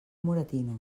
moratinos